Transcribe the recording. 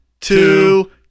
two